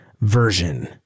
version